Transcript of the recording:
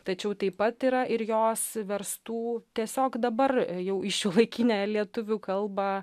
tačiau taip pat yra ir jos verstų tiesiog dabar jau į šiuolaikinę lietuvių kalbą